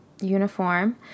uniform